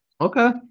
Okay